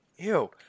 Ew